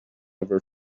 ever